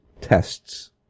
tests